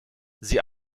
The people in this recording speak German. sie